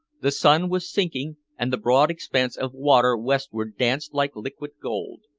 the sun was sinking, and the broad expanse of water westward danced like liquid gold.